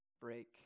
break